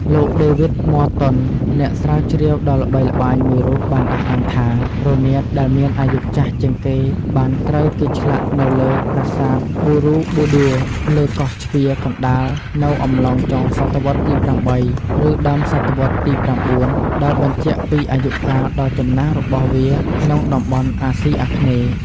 លោក ដេវីដ ម័រតុន អ្នកស្រាវជ្រាវដ៏ល្បីល្បាញមួយរូប បានអះអាងថា រនាតដែលមានអាយុចាស់ជាងគេបានត្រូវគេឆ្លាក់នៅលើប្រាសាទបូរ៉ូប៊ូឌួ លើកោះជ្វាកណ្តាលនៅអំឡុងចុងសតវត្សទី៨ ឬដើមសតវត្សទី៩ ដែលបញ្ជាក់ពីអាយុកាលដ៏ចំណាស់របស់វាក្នុងតំបន់អាស៊ីអាគ្នេយ៍។